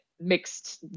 mixed